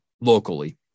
locally